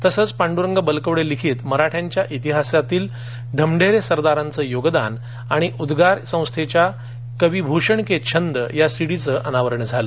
तसेच पांड्रंग बलकवडे लिखीत मराठ्यांच्या इतिहासातील ढमढेरे सरदारांचे योगदान आणि उद्गार संस्थेच्या कवी भूषण के छंद या सिडीचे अनावरण झाले